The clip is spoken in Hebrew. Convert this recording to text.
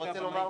מי נמנע?